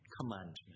commandment